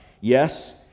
yes